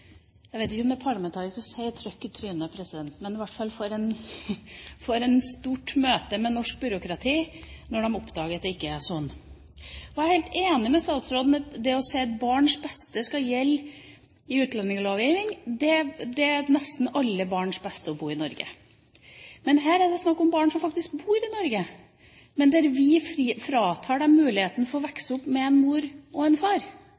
jeg vet ikke om det er parlamentarisk å si trøkk i trynet, president, men de får i hvert fall et stort møte med norsk byråkrati når de oppdager at det ikke er sånn. Jeg er helt enig med statsråden i at barns beste skal gjelde i utlendingslovgivningen. Det er nesten alle barns beste å bo i Norge. Men her er det snakk om barn som faktisk bor i Norge, men som vi fratar muligheten for å vokse opp med en mor og en far,